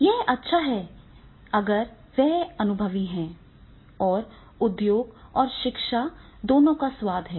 यह अच्छा है अगर वे एक अनुभवी हैं और उद्योग और शिक्षा दोनों का स्वाद है